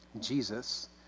Jesus